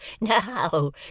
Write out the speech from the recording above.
no